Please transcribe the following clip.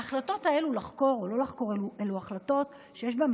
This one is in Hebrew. ההחלטות האלה לחקור או לא לחקור אלו החלטות שיש בהן